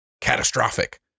catastrophic